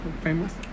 Famous